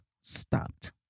stopped